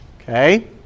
Okay